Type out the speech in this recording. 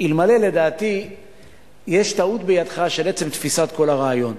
אלמלא יש לדעתי טעות בידך בעצם תפיסת כל הרעיון.